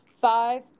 Five